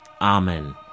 Amen